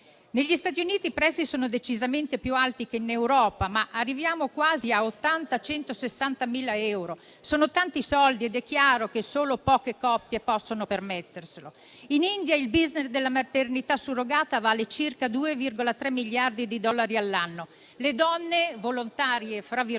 Negli Stati Uniti i prezzi sono decisamente più alti che in Europa, ma arriviamo quasi a 80-160.000 euro. Sono tanti soldi ed è chiaro che solo poche coppie possono permetterselo. In India, il *business* della maternità surrogata vale circa 2,3 miliardi di dollari all'anno. Le donne "volontarie" sono reclutate